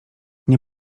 nie